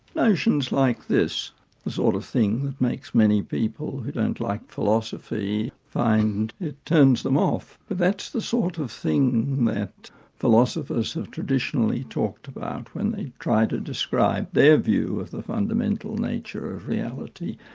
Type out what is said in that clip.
notions like this the sort of thing that makes many people who don't like philosophy, find it turns them off. but that's the sort of thing that philosophers have traditionally talked about when they try to describe their view of the fundamental nature reality,